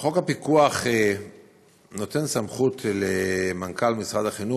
חוק הפיקוח נותן סמכות למנכ"ל משרד החינוך,